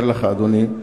אדוני,